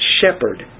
shepherd